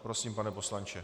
Prosím, pane poslanče.